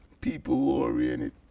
people-oriented